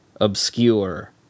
obscure